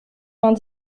vingt